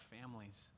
families